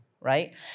right